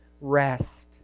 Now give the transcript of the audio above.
rest